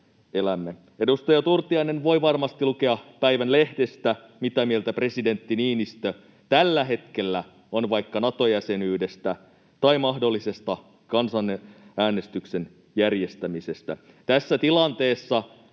Edustaja Turtiainen voi varmasti lukea päivän lehdestä, mitä mieltä presidentti Niinistö tällä hetkellä on vaikka Nato-jäsenyydestä tai mahdollisesta kansanäänestyksen järjestämisestä. Tässä tilanteessa